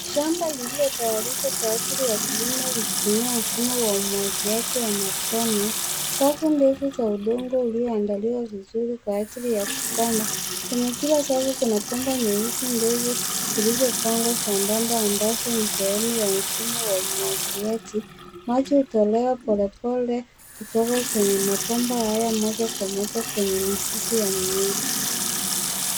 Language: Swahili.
Shamba lililotayarishwa kwa ajili ya kilimo likitumia mfumo wa umwagiliaji wa matone ,safu ndefu za udongo ulioandaliwa vizuri kwa ajili ya kupanda kwenye kila safu kuna bomba nyeusi ndogo zilizopangwa sambamba ambazo ni sehemu ya mfumo wa umwagiliaji ,maji hutolewa polepole kutoka kwenye mapambo haya moja kwa moja kwenye mizizi ya mimea.